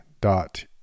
dot